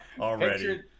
already